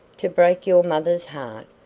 to break your mother's heart,